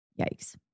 Yikes